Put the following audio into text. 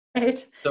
Right